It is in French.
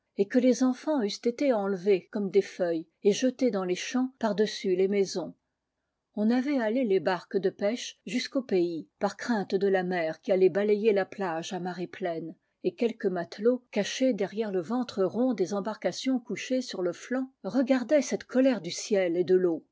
et que les enfants eussent été enlevés comme des feuilles et jetés dans les champs par-dessus les maisons on avait halé les barques de pêche jusqu'au pays par crainte de la mer qui allait balayer la plage à marée pleine et quelques matelots cachés derrière le ventre rond des embarcations couchées sur le flanc regardaient cette colère du ciel et de l'eau